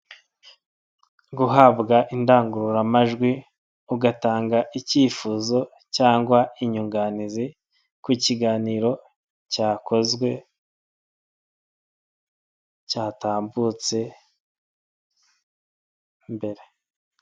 Guhabwa indangururamajwi ugatanga icyifuzo cyangwa inyunganizi ku kiganiro cyakozwe cyatambutse mbere.